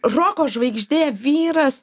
roko žvaigždė vyras